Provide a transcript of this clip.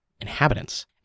inhabitants